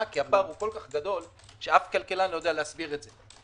כי הפער כל כך גדול שאף כלכלן לא יכול להסביר את זה.